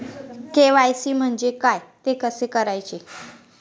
KYC म्हणजे काय? ते कसे करायचे?